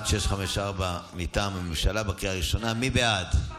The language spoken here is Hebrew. מ/1654, מטעם הממשלה בקריאה הראשונה, מי בעד?